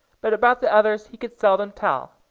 but about the others he could seldom tell.